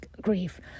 grief